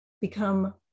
Become